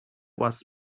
was